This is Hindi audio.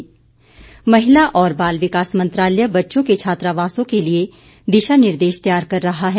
मेनका गांधी महिला और बाल विकास मंत्रालय बच्चों के छात्रावासों के लिए दिशा निर्देश तैयार कर रहा है